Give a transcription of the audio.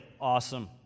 awesome